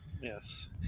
Yes